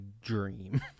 dream